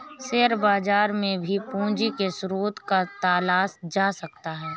share बाजार में भी पूंजी के स्रोत को तलाशा जा सकता है